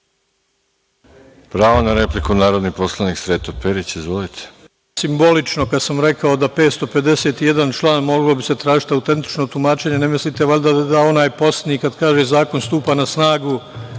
Pravno na repliku, narodni poslanik Sreto Perić. Izvolite. **Sreto Perić** Simbolično, kad sam rekao da za 551 član moglo bi se tražiti autentično tumačenje, ne mislite valjda da onaj poslednji, kad kaže - zakon stupa na snagu